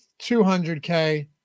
200K